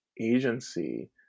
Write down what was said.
agency